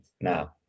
now